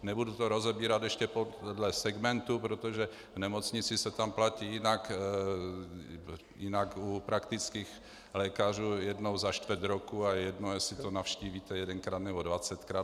Nebudu to rozebírat ještě podle segmentů, protože v nemocnici se platí jinak, jinak u praktických lékařů jednou za čtvrt roku a je jedno, jestli to navštívíte jedenkrát, nebo dvacetkrát.